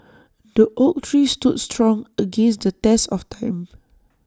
the oak tree stood strong against the test of time